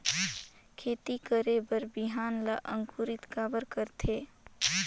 खेती करे बर बिहान ला अंकुरित काबर करथे?